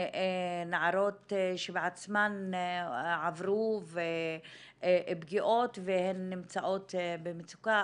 נערות שבעצמן עברו פגיעות והן נמצאות במצוקה,